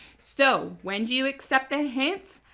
so when do you accept the hints?